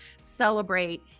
celebrate